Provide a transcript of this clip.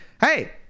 hey